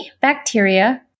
Bacteria